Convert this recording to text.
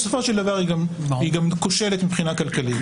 בסופו של דבר היא גם כושלת מבחינה כלכלית.